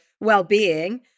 well-being